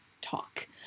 talk